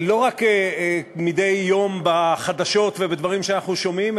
לא רק מדי יום בחדשות ובדברים שאנחנו שומעים,